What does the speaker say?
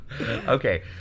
Okay